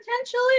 potentially